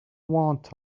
want